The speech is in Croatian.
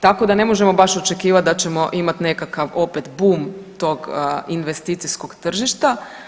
Tako da ne možemo baš očekivat da ćemo imat nekakav opet bum tog investicijskog tržišta.